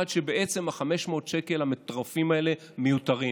שבעצם 500 השקל המטורפים האלה מיותרים